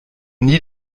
nie